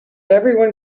everyone